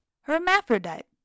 Hermaphrodite